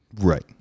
Right